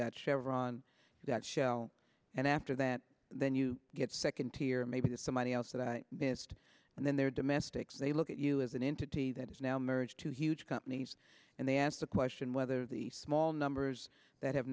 got chevron that shell and after that then you get second tier maybe somebody else that i missed and then they're domestics they look at you as an entity that is now marriage to huge companies and they asked the question whether the small numbers that have